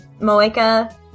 Moeka